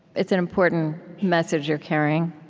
it's an important message you're carrying.